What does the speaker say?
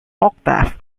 octave